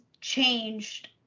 changed